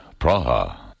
Praha